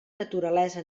naturalesa